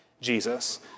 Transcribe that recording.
Jesus